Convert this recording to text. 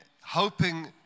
hoping